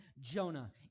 Jonah